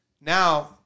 Now